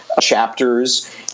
chapters